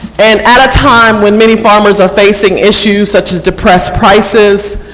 and at a time when many farmers are facing issues such as depressed prices,